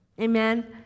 Amen